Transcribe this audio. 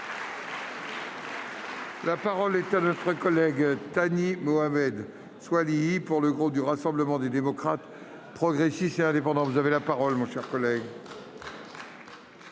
La parole est à M. Thani Mohamed Soilihi, pour le groupe Rassemblement des démocrates, progressistes et indépendants.